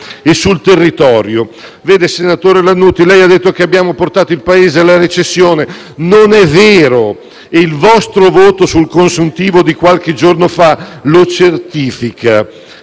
e sul territorio. Vede, senatore Lannutti, lei ha detto che abbiamo portato il Paese alla recessione, ma non è vero e il vostro voto sul consuntivo di qualche giorno fa lo certifica.